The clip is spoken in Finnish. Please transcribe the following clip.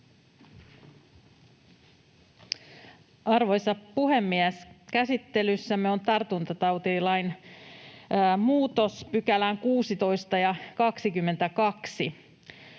Arvoisa puhemies! Käsittelyssämme on tartuntatautilain muutos 16 ja 22